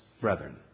brethren